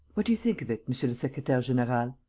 what do you think of it, monsieur le secretaire-general?